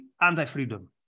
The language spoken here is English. anti-freedom